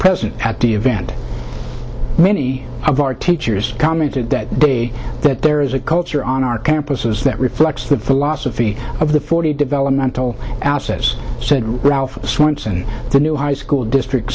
present at the event many of our teachers commented that they that there is a culture on our campuses that reflects the philosophy of the forty developmental abscess said ralph swanson the new high school district